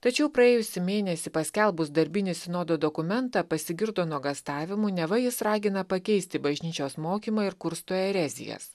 tačiau praėjusį mėnesį paskelbus darbinį sinodo dokumentą pasigirdo nuogąstavimų neva jis ragina pakeisti bažnyčios mokymą ir kursto erezijas